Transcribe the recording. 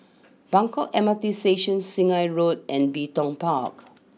Buangkok M R T Station Sungei Road and Bin Tong Park